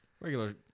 Regular